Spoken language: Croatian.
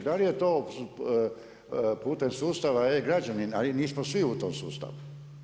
Da li je to putem sustava e-građanin, a mi smo svi u tom sustavu.